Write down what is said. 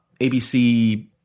ABC